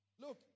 look